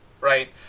right